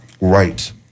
right